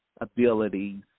abilities